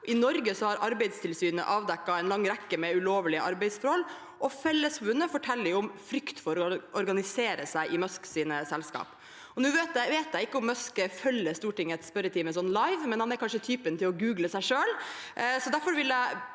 I Norge har Arbeidstilsynet avdekket en lang rekke med ulovlige arbeidsforhold, og Fellesforbundet forteller om frykt for å organisere seg i Musks selskap. Nå vet jeg ikke om Musk følger Stortingets spørretime live, men han er kanskje typen til å google seg selv.